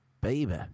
Baby